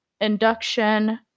induction